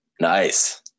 nice